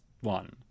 one